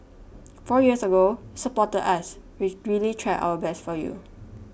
four years ago supported us we really tried our best for you